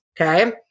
okay